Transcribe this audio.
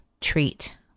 treat